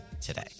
today